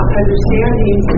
understanding